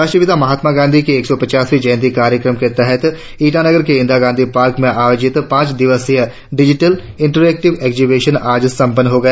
राष्ट्रपिता महात्मा गांधी की एक सौ पंचासवीं जयंती कार्यक्रमों के तहत ईटानगर के इंदिरा गांधी पार्क में आयोजित पांच दिवसीय डिजिटल इंट्रेक्टिव एक्जिविशन आज संपन्न हो गया